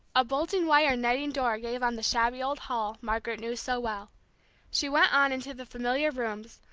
a bulging wire netting door gave on the shabby old hall margaret knew so well she went on into the familiar rooms,